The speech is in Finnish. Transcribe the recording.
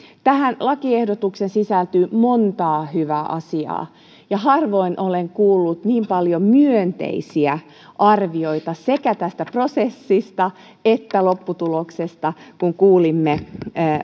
tähän lakiehdotukseen sisältyy monta hyvää asiaa ja harvoin olen kuullut niin paljon myönteisiä arvioita sekä tästä prosessista että lopputuloksesta kuin kuulimme